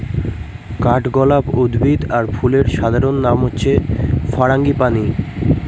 কাঠগলাপ উদ্ভিদ আর ফুলের সাধারণ নাম হচ্ছে ফারাঙ্গিপানি